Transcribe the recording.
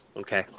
Okay